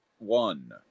One